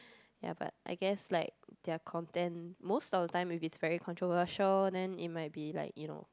ya but I guess like their content most of the time maybe it's very controversial then it might be like you know